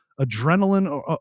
adrenaline